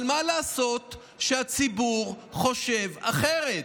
אבל מה לעשות שהציבור חושב אחרת?